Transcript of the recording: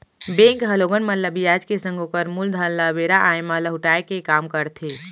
bank ह लोगन मन ल बियाज के संग ओकर मूलधन ल बेरा आय म लहुटाय के काम करथे